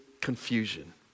confusion